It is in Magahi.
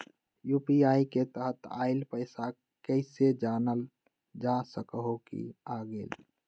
यू.पी.आई के तहत आइल पैसा कईसे जानल जा सकहु की आ गेल?